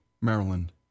Maryland